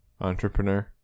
entrepreneur